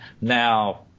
Now